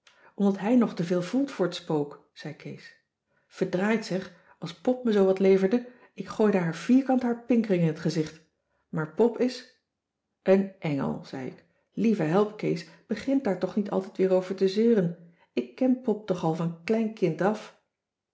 omdat hij nog te veel voelt voor t spook zei kees verdraaid zeg als pop me zoowat leverde ik gooide haar vierkant haar pinkring in t gezicht maar pop is een engel zei ik lieve help kees begin daar toch niet altijd weer over te zeuren ik ken pop toch al van klein kind af